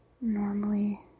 normally